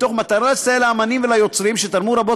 במטרה לסייע לאמנים וליוצרים שתרמו רבות